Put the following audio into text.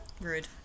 rude